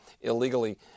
illegally